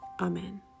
Amen